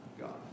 God